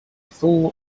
fool